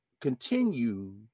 continue